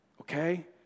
Okay